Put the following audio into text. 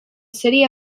city